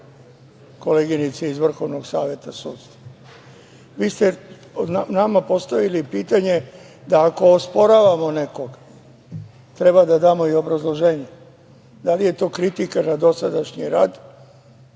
koleginice iz VSS. Vi ste nama postavili pitanje da ako osporavamo nekog, treba da damo i obrazloženje. Da li je to kritika na dosadašnji rad,